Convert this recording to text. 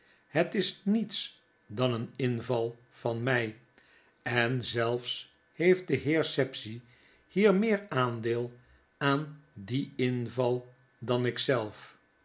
het is niets dan eeninval van mij en zelfs heeft de heer sapsea hier meer aandeel aan dien inval dan